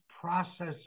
process